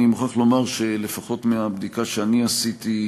אני מוכרח לומר שלפחות מבדיקה שאני עשיתי,